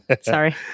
Sorry